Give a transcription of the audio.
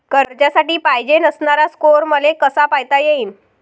कर्जासाठी पायजेन असणारा स्कोर मले कसा पायता येईन?